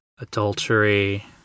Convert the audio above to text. Adultery